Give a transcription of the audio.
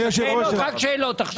רק שאלות עכשיו.